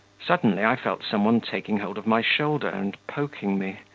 suddenly i felt some one taking hold of my shoulder and poking me.